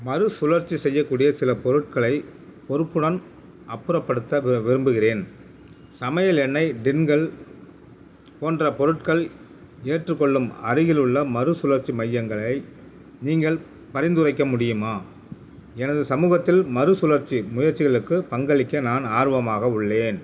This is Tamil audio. மறுசுழற்சி செய்யக்கூடிய சில பொருட்களை பொறுப்புடன் அப்புறப்படுத்த விரும்புகிறேன் சமையல் எண்ணெய் டின்கள் போன்ற பொருட்கள் ஏற்றுக்கொள்ளும் அருகிலுள்ள மறுசுழற்சி மையங்களை நீங்கள் பரிந்துரைக்க முடியுமா எனது சமூகத்தில் மறுசுழற்சி முயற்சிகளுக்கு பங்களிக்க நான் ஆர்வமாக உள்ளேன்